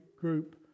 group